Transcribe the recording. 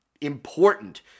important